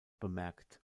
bemerkt